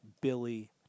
Billy